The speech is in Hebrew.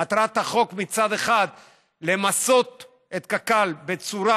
מטרת החוק היא מצד אחד למסות את קק"ל בצורה